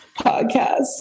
podcast